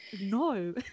no